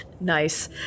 Nice